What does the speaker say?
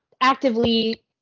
actively